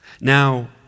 Now